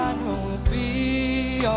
we'll be